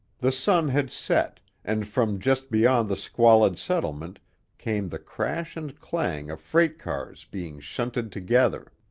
the sun had set, and from just beyond the squalid settlement came the crash and clang of freight-cars being shunted together.